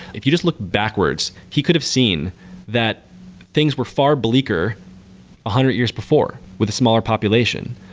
if you just look backwards, he could've seen that things were far bleaker a hundred years before with a smaller population.